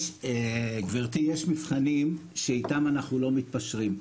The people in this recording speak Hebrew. גברתי, יש מבחנים שאיתם אנחנו לא מתפשרים.